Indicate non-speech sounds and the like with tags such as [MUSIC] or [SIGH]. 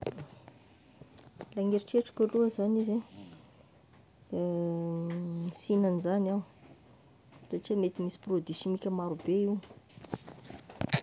Raha ny heritreritrako aloha zany izy a, da [HESITATION] sy ihignan'izagny aho, satria mety misy produit simika marobe io.